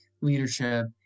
leadership